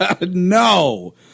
no